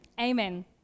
Amen